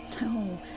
No